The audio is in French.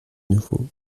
nouveau